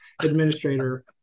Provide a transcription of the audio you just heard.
administrator